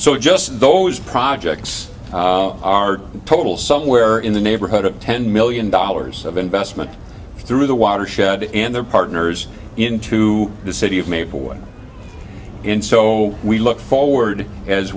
so just those projects are total somewhere in the neighborhood of ten million dollars of investment through the watershed and their partners into the city of maplewood and so we look forward as